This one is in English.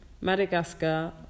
Madagascar